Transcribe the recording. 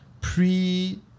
pre